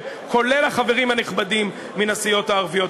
כולל החברים הנכבדים מן הסיעות הערביות.